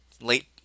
late